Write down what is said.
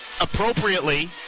appropriately